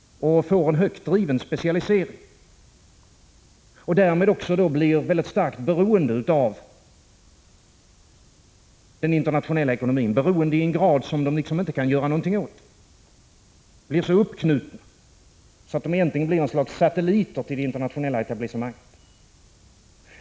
De får en långt driven specialisering och blir därmed också väldigt starkt beroende av den internationella ekonomin, beroende i en grad som de inte kan göra någonting åt. De blir så uppknutna att de egentligen blir något slags satelliter till det internationella etablissemanget.